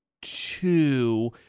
two